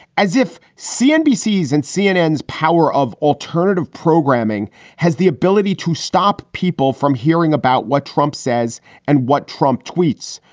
as if cnbc and cnn is power of alternative programming has the ability to stop people from hearing about what trump says and what trump tweets.